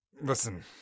listen